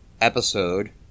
episode